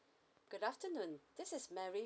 good afternoon this is mary